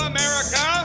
America